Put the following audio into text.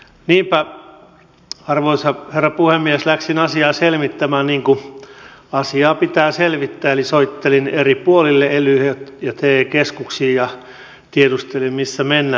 niinpä arvoisa herra puhemies läksin asiaa selvittämään niin kuin asiaa pitää selvittää eli soittelin eri puolille elyihin ja te keskuksiin ja tiedustelin missä mennään